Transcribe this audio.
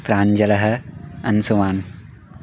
प्राञ्जलः Anshuman